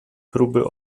próby